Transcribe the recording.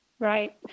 right